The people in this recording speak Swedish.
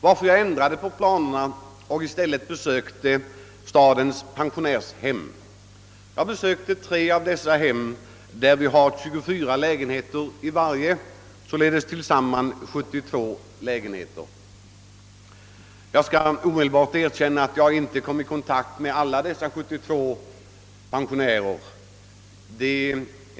Därför ändrade jag planerna och besäkte i stället tre av stadens pensionärshem, som vardera har 24 lägenheter, alltså tillsammans 72 lägenheter. Jag skall erkänna att jag inte genast kom i kontakt med alla dessa 72 pensionärer.